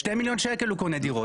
2 מיליון שקלים הוא קונה דירות.